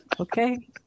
okay